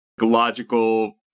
logical